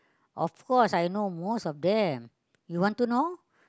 of course I know most of them you want to know